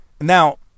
now